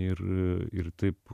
ir ir taip